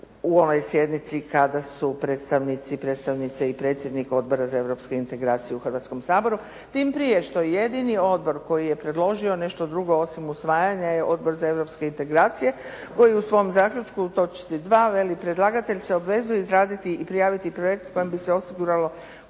u onoj sjednici kada su predstavnici i predstavnice i predsjednik Odbora za europske integracije u Hrvatskom saboru, tim prije što jedini odbor koji je predložio nešto drugo osim usvajanja je Odbor za europske integracije koji u svom zaključku u točci 2. veli, predlagatelj se obvezuje izraditi i prijaviti projekt kojim bi se osiguralo